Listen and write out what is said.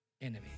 enemy